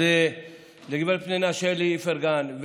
אז לגב' פנינה שלי איפרגן,